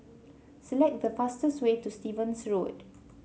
select the fastest way to Stevens Road